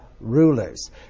rulers